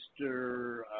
Mr